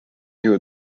dio